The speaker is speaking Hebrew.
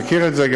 ומכיר את זה.